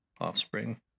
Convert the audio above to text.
offspring